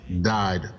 Died